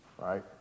right